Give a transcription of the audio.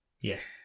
Yes